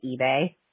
eBay